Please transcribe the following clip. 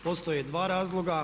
Postoje dva razloga.